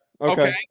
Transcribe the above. okay